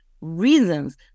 reasons